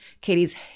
Katie's